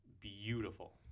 beautiful